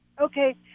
Okay